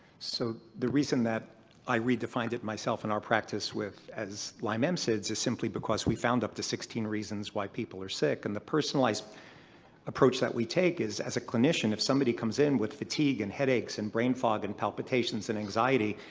so the reason that i redefined it myself in our practice with. as lyme msids is simply because we found up to sixteen reasons why people are sick and the personalized approach that we take is as a clinician, if somebody comes in with fatigue and headaches and brain fog and palpitations and anxiety,